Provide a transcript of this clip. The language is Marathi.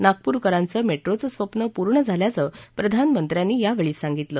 नागपूरकरांचं मेट्रोचं स्वप्न पूर्ण झाल्याचं प्रधानमंत्र्यांनी यावेळी सांगितलं